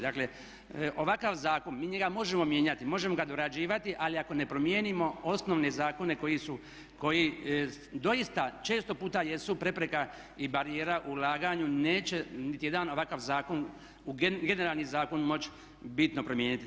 Dakle, ovakav zakon, mi njega možemo mijenjati, možemo ga dorađivati, ali ako ne promijenimo osnovne zakone koji su, koji doista često puta jesu prepreka i barijera ulaganju neće niti jedan ovakav zakon, generalni zakon moći bitno promijeniti.